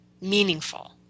meaningful